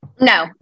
No